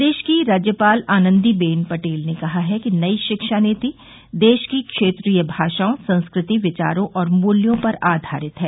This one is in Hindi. प्रदेश की राज्यपाल आनन्दीबेन पटेल ने कहा है कि नई शिक्षा नीति देश की क्षेत्रीय भाषाओं संस्कृति विचारों और मृत्यों पर आधारित है